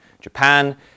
Japan